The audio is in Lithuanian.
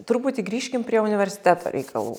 truputį grįžkim prie universiteto reikalų